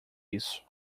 isso